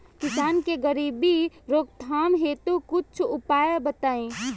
किसान के गरीबी रोकथाम हेतु कुछ उपाय बताई?